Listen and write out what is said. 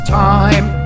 time